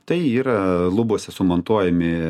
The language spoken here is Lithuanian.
tai yra lubose sumontuojami